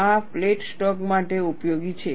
આ plate stock માટે ઉપયોગી છે